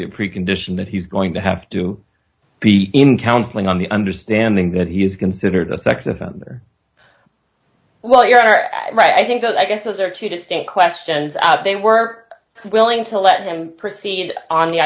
be a precondition that he's going to have to be in counseling on the understanding that he is considered a sex offender well you are right i think i guess those are two distinct questions out they were willing to let them proceed on the